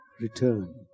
Return